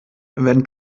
wenn